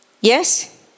Yes